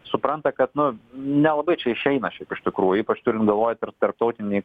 supranta kad nu nelabai čia išeina šiaip iš tikrųjų ypač turint galvoj tarptautinį